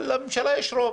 אבל לממשלה יש רוב.